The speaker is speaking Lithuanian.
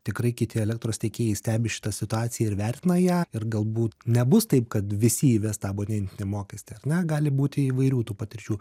tikrai kiti elektros tiekėjai stebi šitą situaciją ir vertina ją ir galbūt nebus taip kad visi įves tą abonentinį mokestį ar ne gali būti įvairių tų patirčių